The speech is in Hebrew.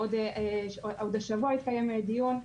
השבוע התקיים דיון.